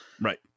Right